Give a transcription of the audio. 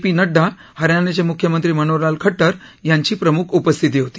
P Nadda हरयाणाचे मुख्यमंत्री मनोहरलाल खट्टर यांची प्रमुख उपस्थिती होती